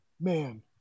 man